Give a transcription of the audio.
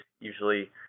usually